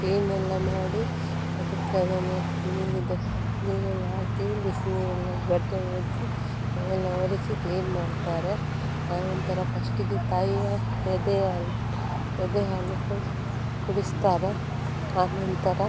ಕ್ಲೀನೆಲ್ಲ ಮಾಡಿ ಅದಕ್ಕೆ ಅದನ್ನು ಇದು ನೀರೆಲ್ಲ ಹಾಕಿ ಬಿಸಿನೀರಲ್ಲೆ ಬಟ್ಟೆ ಒಗ್ದು ಮೈಯೆಲ್ಲ ಒರೆಸಿ ಕ್ಲೀನ್ ಮಾಡ್ತಾರೆ ಆ ನಂತರ ಫಸ್ಟಿಗೆ ತಾಯಿಯ ಎದೆ ಹಾಲು ಎದೆ ಹಾಲು ಕುಡಿಸ್ತಾರೆ ಆ ನಂತರ